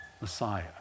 Messiah